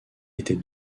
était